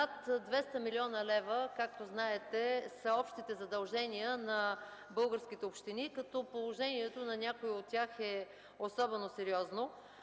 Над 200 млн. лв., както знаете, са общите задължения на българските общини, като положението на някои от тях е особено сериозно.